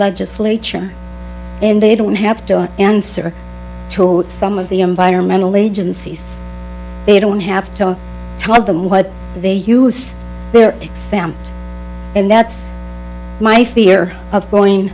legislature and they don't have to answer some of the environmental agencies they don't have to tell them what they used them and that's my fear of going